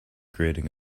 grating